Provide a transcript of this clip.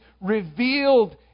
revealed